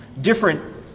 different